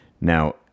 Now